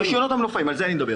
רישיונות המנופאים, על זה אני מדבר.